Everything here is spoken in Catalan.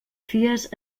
fies